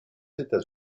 états